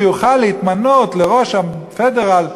שהוא יוכל להתמנות לראש הפדרל,